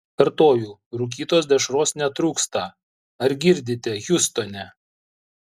kartoju rūkytos dešros netrūksta ar girdite hjustone